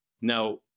now